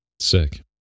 Sick